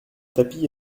tapis